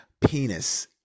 penis